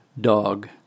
dog